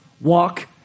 walk